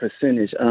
percentage